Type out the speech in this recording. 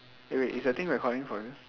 eh wait is the thing recording for you